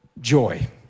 joy